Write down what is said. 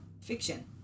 fiction